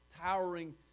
towering